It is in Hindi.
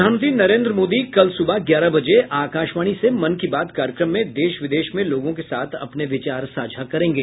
प्रधानमंत्री नरेन्द्र मोदी कल सुबह ग्यारह बजे आकाशवाणी से मन की बात कार्यक्रम में देश विदेश में लोगों के साथ अपने विचार साझा करेंगे